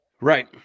right